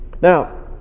Now